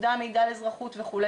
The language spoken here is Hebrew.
תעודה המעידה על אזרחות וכו',